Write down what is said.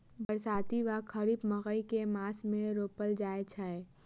बरसाती वा खरीफ मकई केँ मास मे रोपल जाय छैय?